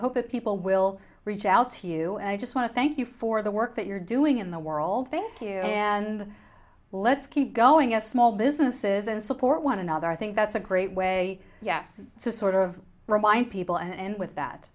hope that people will reach out to you and i just want to thank you for the work that you're doing in the world thank you and let's keep going as small businesses and support one another that's a great way yes to sort of remind people and with that